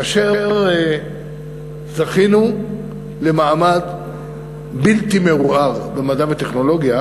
כאשר זכינו למעמד בלתי מעורער במדע וטכנולוגיה,